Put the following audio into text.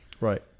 right